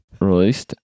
released